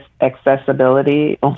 Accessibility